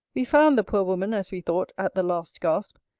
we found the poor woman, as we thought, at the last gasp.